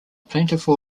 plentiful